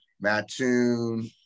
Mattoon